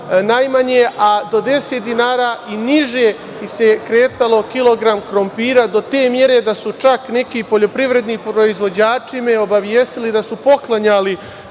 a do 10 dinara i niže se kretao kilogram krompira, do te mere da su čak neki poljoprivredni proizvođači me obavestili da su poklanjali